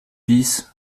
bis